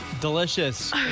delicious